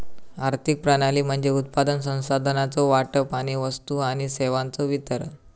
आर्थिक प्रणाली म्हणजे उत्पादन, संसाधनांचो वाटप आणि वस्तू आणि सेवांचो वितरण